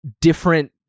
different